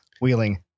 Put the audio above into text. wheeling